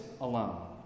alone